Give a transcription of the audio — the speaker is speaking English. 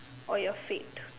or your fate